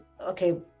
okay